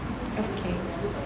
okay